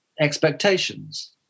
expectations